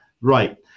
right